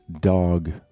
dog